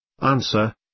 Answer